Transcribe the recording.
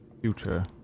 future